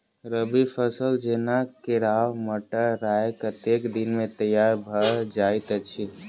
रबी फसल जेना केराव, मटर, राय कतेक दिन मे तैयार भँ जाइत अछि?